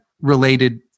related